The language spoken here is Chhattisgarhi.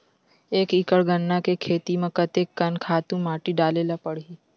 एक एकड़ गन्ना के खेती म कते कन खातु माटी डाले ल पड़ही?